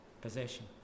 possession